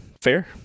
fair